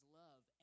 love